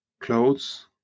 clothes